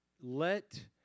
Let